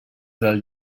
del